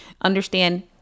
Understand